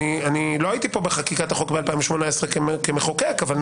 אני לא הייתי בחקיקת החוק ב-2018 כמחוקק אבל,